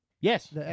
Yes